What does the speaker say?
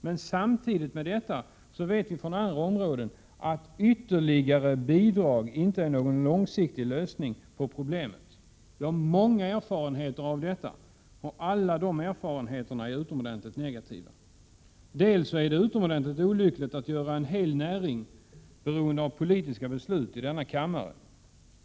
Men samtidigt med detta vet vi från andra områden att ytterligare bidrag inte är någon långsiktig lösning på problemen. Vi har många erfarenheter av detta, och alla de erfarenheterna är utomordentligt negativa. Dels är det utomordentligt olyckligt att göra en hel näring beroende av politiska beslut i denna kammare.